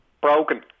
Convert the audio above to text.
Broken